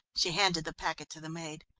she handed the packet to the maid.